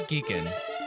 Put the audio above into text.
Geekin